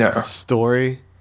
story